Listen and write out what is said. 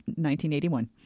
1981